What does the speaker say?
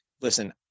Listen